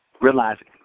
realizing